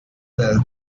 well